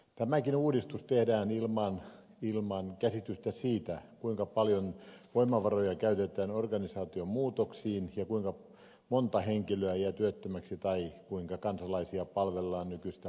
tämäkin uudistus tehdään ilman käsitystä siitä kuinka paljon voimavaroja käytetään organisaation muutoksiin ja kuinka monta henkilöä jää työttömäksi tai kuinka kansalaisia palvellaan nykyistä paremmin